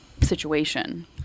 situation